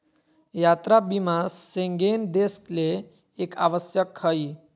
यात्रा बीमा शेंगेन देश ले एक आवश्यक हइ